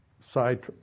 side